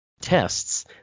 tests